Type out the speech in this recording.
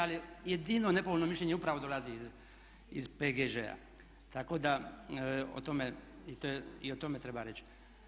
Ali jedino nepovoljno mišljenje upravo dolazi iz PGŽ-a, tako da o tome i o tome treba reći.